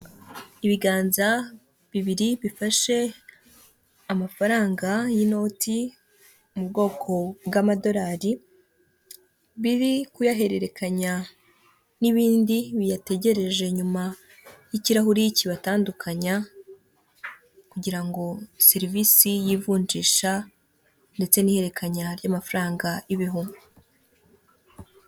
Ibiganza bibiri bifashe amafaranga y'inoti mu bwoko bw'amadolari, biri kuyahererekanya n'ibindi biyategereje nyuma y'ikirahuri kibatandukanya kugira ngo serivisi y'ivunjisha ndetse n'ihererekanya ry'amafaranga ibeho.